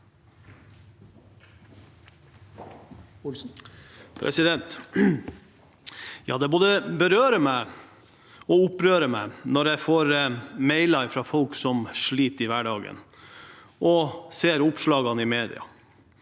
Det både berører meg og opprører meg når jeg får mailer fra folk som sliter i hverdagen – og når jeg ser oppslagene i media.